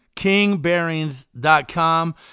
kingbearings.com